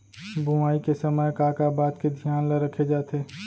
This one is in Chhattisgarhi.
बुआई के समय का का बात के धियान ल रखे जाथे?